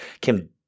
Kim –